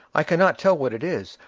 i cannot tell what it is,